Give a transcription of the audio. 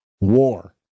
war